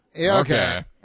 Okay